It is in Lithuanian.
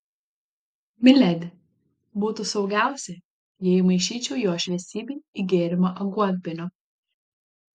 miledi būtų saugiausia jei įmaišyčiau jo šviesybei į gėrimą aguonpienio